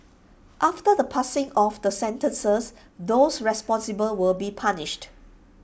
after the passing of the sentences those responsible will be punished